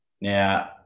Now